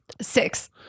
Six